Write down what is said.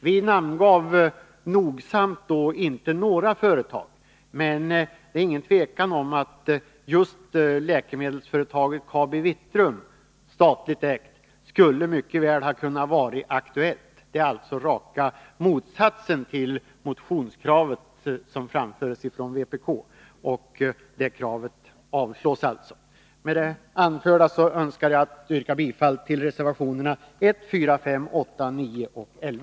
Vi namngav då nogsamt inte några företag, men det är ingen tvekan om att just läkemedelsföretaget KabiVitrum, statligt ägt, mycket väl skulle kunna vara aktuellt. Det är alltså raka motsatsen till motionskravet som framfördes från vpk. Detta krav avstyrks. Med det anförda yrkar jag bifall till reservationerna 1, 4, 5, 8, 9 och 1